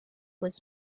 was